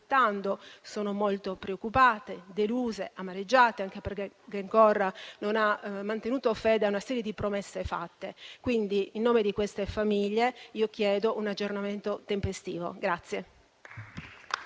sono molto preoccupate, deluse e amareggiate, anche perché Glencore non ha mantenuto fede a una serie di promesse fatte. In nome di queste famiglie, chiedo un aggiornamento tempestivo.